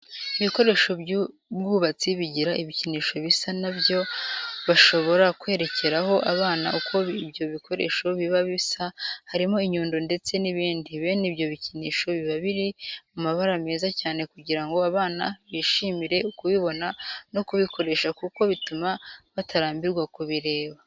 Ibikoresho by'ubwubatsi bigira ibikinisho bisa na byo bashobora kwerekeraho abana uko ibyo bikoresho biba bisa harimo inyundo ndetse n'ibindi. Bene ibyo bikinisho biba biri mu mabara meza cyane kugira ngo abana bishimire kubibona no kubikoresha kuko bituma batarambirwa kubireba.